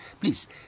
Please